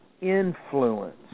influence